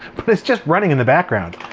but it's just running in the background.